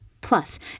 Plus